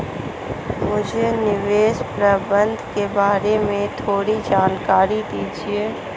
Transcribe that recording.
मुझे निवेश प्रबंधन के बारे में थोड़ी जानकारी दीजिए